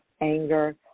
anger